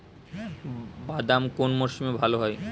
বাদাম কোন মরশুমে ভাল হয়?